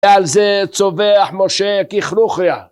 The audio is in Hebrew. על זה צווח משה ככרוכיה